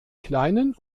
kleinen